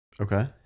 Okay